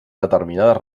determinades